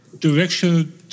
direction